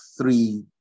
three